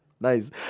Nice